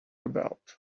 about